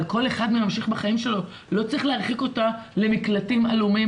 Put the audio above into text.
אבל כל אחד מהם ממשיך בחיים שלו ולא צריך להרחיק אותה למקלטים עלומים,